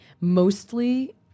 mostly